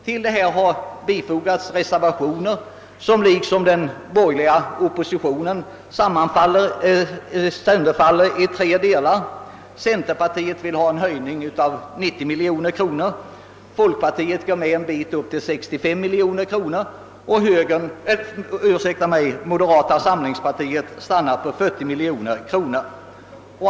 Till detta förslag har fogats reservationer, vilka i likhet med den borgerliga oppositionen sönderfaller i tre delar: centerpartiet vill ha en höjning av 90 miljoner kronor, folkpartiet går med en bit upp till 65 miljoner och moderata samlingspartiet stannar för 40 miljoner kronor.